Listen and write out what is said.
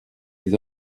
les